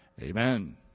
Amen